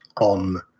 on